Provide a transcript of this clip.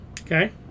Okay